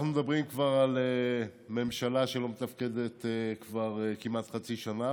אנחנו מדברים על ממשלה שלא מתפקדת כבר כמעט חצי שנה,